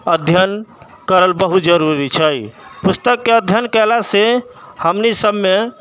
अध्ययन करल बहुत जरूरी छै पुस्तक के अध्ययन कयला से हमनी सबमे